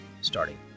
starting